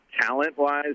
talent-wise